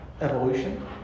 evolution